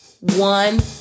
one